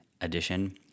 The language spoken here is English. edition